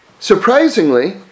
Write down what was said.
Surprisingly